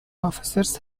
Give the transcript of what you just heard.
officers